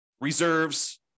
reserves